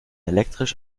elektrisch